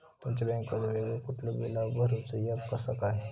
तुमच्या बँकेचो वेगळो कुठलो बिला भरूचो ऍप असा काय?